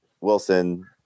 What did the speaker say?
Wilson